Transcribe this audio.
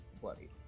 bloody